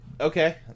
Okay